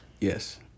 Yes